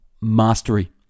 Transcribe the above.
Mastery